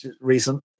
recent